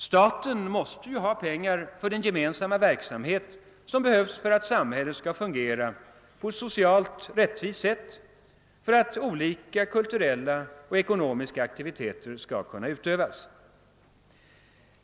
Staten måste ju ha pengar för den gemensamma verksamhet som behövs för att samhället skall fungera på ett socialt rättvist sätt och för att olika kulturella och ekonomiska aktiviteter skall kunna utövas.